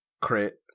Crit